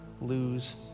lose